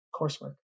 coursework